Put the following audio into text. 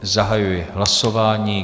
Zahajuji hlasování.